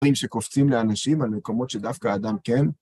שקופצים לאנשים על מקומות שדווקא האדם כן.